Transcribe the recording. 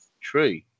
True